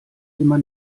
immer